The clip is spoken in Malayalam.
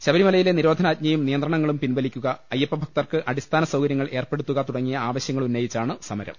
ശബരിമലയിലെ നിരോധനാജ്ഞയും നിയന്ത്രണങ്ങളും പിൻവലിക്കുക അയ്യപ്പ ഭക്തർക്ക് അടിസ്ഥാന സൌകര്യങ്ങൾ ഏർപ്പെടു ത്തുക തുടങ്ങിയ ആവശൃങ്ങളുന്നയിച്ചാണ് സമരം